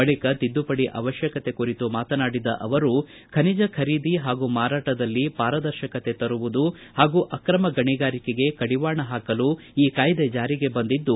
ಬಳಕ ತಿದ್ದುಪಡಿ ಅವಶ್ಯಕತೆ ಕುರಿತು ಮಾತನಾಡಿದ ಅವರು ಖನಿಜ ಖರೀದಿ ಹಾಗೂ ಮಾರಾಟದಲ್ಲಿ ಪಾರದರ್ಶಕತೆ ತರುವುದು ಹಾಗೂ ಆಕ್ರಮ ಗಣಿಗಾರಿಕೆಗೆ ಕಡಿವಾಣ ಹಾಕಲು ಈ ಕಾಯ್ದೆ ಜಾರಿಗೆ ಬಂದಿದ್ದು